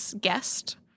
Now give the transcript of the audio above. guest